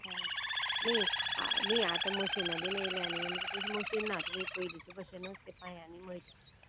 न्ही न्ही आतां मशिनां बीन येयल्या न्ही म्हणजे तुजें मशीन ना तुमी पयलींचे भशेनूच तें पांयांनी मयटा